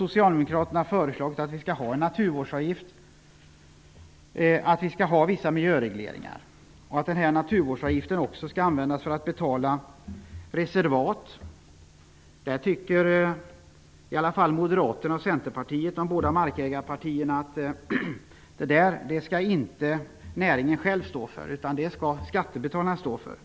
Socialdemokraterna har föreslagit att vi skall ha en naturvårdsavgift och vissa miljöregleringar. Den här naturvårdsavgiften skall också användas för att betala reservat. Moderaterna och Centerpartiet -- de båda markägarpartierna -- tycker inte att näringen själv skall stå för sådant utan att skattebetalarna skall göra det.